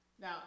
Now